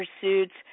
pursuits